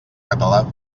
català